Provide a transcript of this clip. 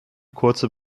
kurze